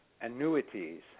annuities